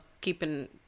keeping